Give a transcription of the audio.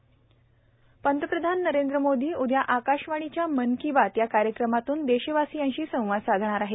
मन की बात प्रधानमंत्री नरेंद्र मोदी उदया आकाशवाणीच्या मन की बात या कार्यक्रमातून देशवासियांशी संवाद साधणार आहेत